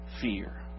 fear